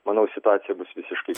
manau situacija bus visiškai